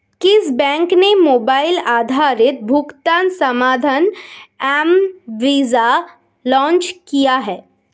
किस बैंक ने मोबाइल आधारित भुगतान समाधान एम वीज़ा लॉन्च किया है?